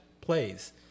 plays